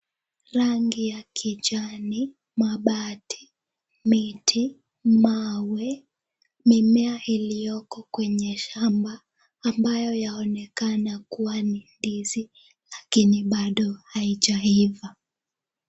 Mengi ya kijani, mabati, miti, mawe, mimea iliyoko kwenye shamba, ambayo yaoaonekana kubwa ni ndizi lakini na bado haijaiva.